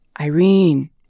Irene